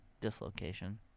Dislocation